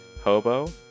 hobo